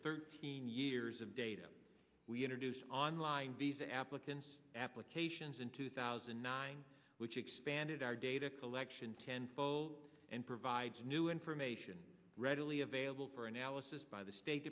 thirteen years of data we introduced online visa applicants applications in two thousand and nine which expanded our data collection tenfold and provides new information readily available for analysis by the state